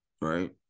right